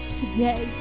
today